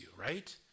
right